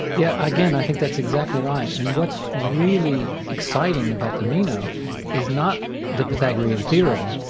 yeah again, i think that's exactly right, and what's really exciting about the meno is not the pythagorean theorem,